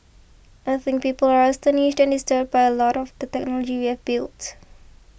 I think people are astonished and disturbed by a lot of the technology we have built